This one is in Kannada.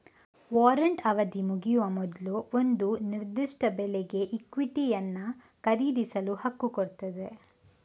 ವಾರಂಟ್ ಅವಧಿ ಮುಗಿಯುವ ಮೊದ್ಲು ಒಂದು ನಿರ್ದಿಷ್ಟ ಬೆಲೆಗೆ ಇಕ್ವಿಟಿಯನ್ನ ಖರೀದಿಸಲು ಹಕ್ಕು ಕೊಡ್ತದೆ